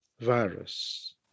virus